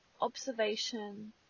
observation